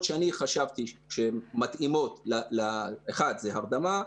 שאני חשבתי שהן מתאימות 1. הרדמה,